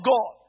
God